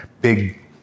big